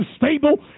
unstable